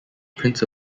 prince